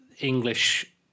English